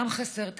גם חסרים תקנים,